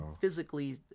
physically